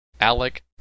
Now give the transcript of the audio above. Alec